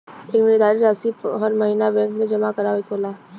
एक निर्धारित रासी हर महीना बैंक मे जमा करावे के होला